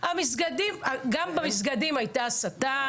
גם במסגדים הייתה הסתה.